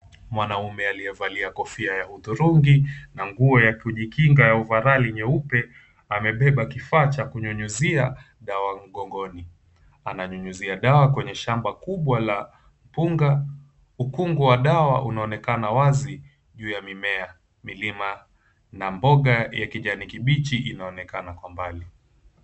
Mwanaume aliyevalia kofia ya hudhurungi na nguo ya kujikinga ya overall nyeupe amebeba kifaa cha kunyunyuzia dawa mgongoni. Ananyunyuzia dawa kwenye shamba kubwa la mpunga. Ukungu wa dawa unaonekana wazi juu ya mimea. Milima na mboga ya kijani kibichi inaonekana kwa mbali.